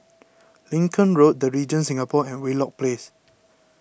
Lincoln Road the Regent Singapore and Wheelock Place